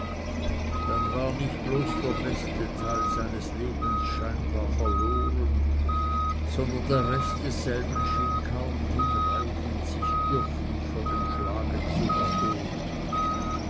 dann war nicht bloß der beste teil seines lebens scheinbar verloren sondern der rest desselben schien kaum hinreichend sich dürftig von dem schlage zu erholen